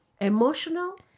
emotional